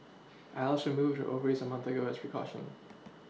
Alice removed her ovaries a month ago as precaution